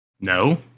No